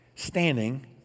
Standing